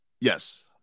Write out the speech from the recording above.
Yes